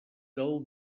del